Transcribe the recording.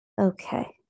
Okay